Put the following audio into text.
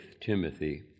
Timothy